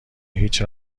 هیچ